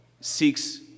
seeks